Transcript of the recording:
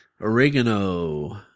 Oregano